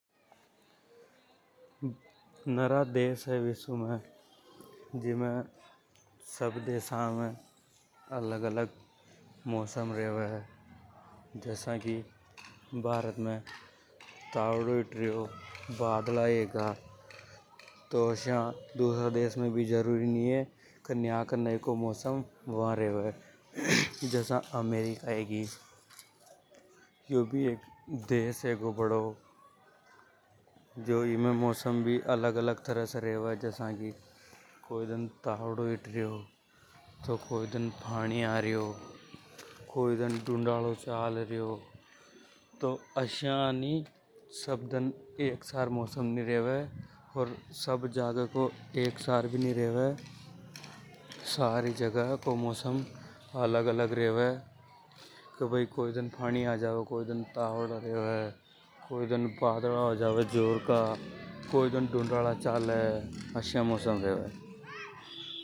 नरा देश हे विश्व में जीमे सब देशा में अलग अलग मौसम रेवे। जसा की भारत में तावडो हिट रियो बादला हो रिया जरूरी नि हे की दूसरा देशा में भी या के नई को मौसम हो। जसा अमेरिका हेगी, यो भी 1 बड़ों देश हेगो एमे भी मौसम अलग अलग तरह को रेवे। जसा की कोई दन तावड़ो हिट रियो तो कोई दन फाणी आर्यों कोई दन ढूंढ़ालो चल रियो। तो आश्य हेनी सब दन समान मौसम नि रेवे। सब जागे को एक सार भी नि रेवे। सारी जगह को मौसम एक जसों नि रेवे कोई दन फाणी आर्यों तो दन बादला हो जावे जोर का।